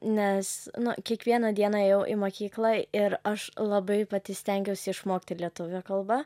nes nu kiekvieną dieną ėjau į mokyklą ir aš labai pati stengiausi išmokti lietuvių kalbą